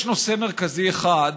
יש נושא מרכזי אחד,